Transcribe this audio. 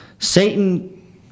Satan